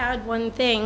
add one thing